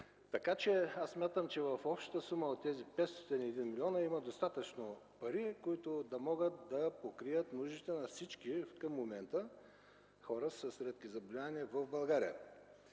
Така че аз смятам, че в общата сума от тези 501 милиона има достатъчно пари, които да могат да покрият нуждите към момента на всички хора с редки заболявания в България.